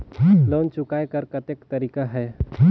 Loan चुकाय कर कतेक तरीका है?